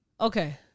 Okay